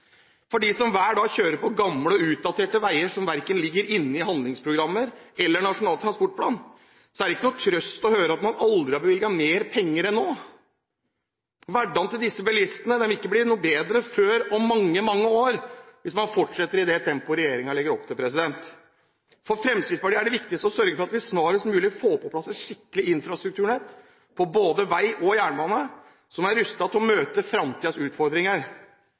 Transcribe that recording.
For dem som hver dag kjører på gamle og utdaterte veier som verken ligger inne i handlingsprogrammet eller Nasjonal transportplan, er det ikke noen trøst å høre at man aldri har bevilget mer penger enn nå. Hverdagen til disse bilistene vil ikke bli noe bedre før om mange, mange år hvis man fortsetter i det tempoet regjeringen legger opp til. For Fremskrittspartiet er det viktigste å sørge for at vi snarest mulig får på plass et skikkelig infrastrukturnett på både vei og jernbane som er rustet til å møte fremtidens utfordringer.